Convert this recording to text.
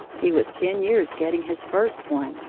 he was ten years getting his first one,